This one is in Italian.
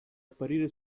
apparire